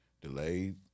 Delayed